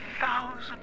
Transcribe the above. thousand